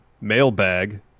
mailbag